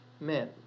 men